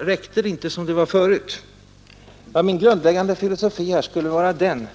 Räckte det inte som det var förut? Min grundläggande filosofi på denna punkt är följande.